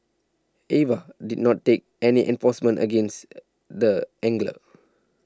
Ava did not take any enforcement against the angler